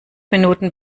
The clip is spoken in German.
minuten